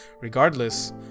regardless